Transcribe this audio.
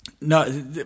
No